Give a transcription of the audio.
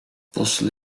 bossen